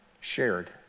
shared